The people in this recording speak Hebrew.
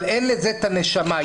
אין לזה את הנשמה.